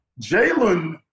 Jalen